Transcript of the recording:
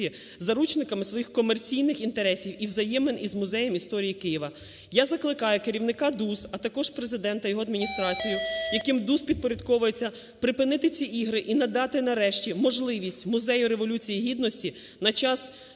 заручниками своїх комерційних інтересів і взаємин із Музеєм історії Києва. Я закликаю керівника ДУС, а також Президента, його Адміністрацію, яким ДУС підпорядковується, припинити ці ігри і надати нарешті можливість Музею Революції Гідності на час до